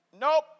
nope